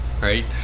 right